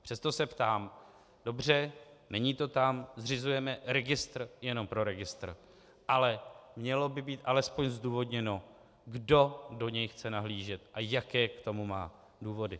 Přesto se ptám: Dobře, není to tam, zřizujeme registr jenom pro registr, ale mělo by být alespoň zdůvodněno, kdo do něj chce nahlížet a jaké k tomu má důvody.